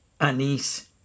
anise